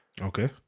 Okay